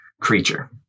creature